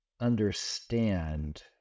understand